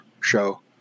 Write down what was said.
show